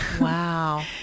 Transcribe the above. Wow